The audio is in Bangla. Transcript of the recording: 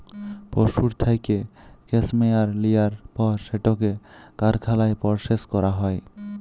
পশুর থ্যাইকে ক্যাসমেয়ার লিয়ার পর সেটকে কারখালায় পরসেস ক্যরা হ্যয়